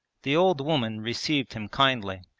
the old woman received him kindly,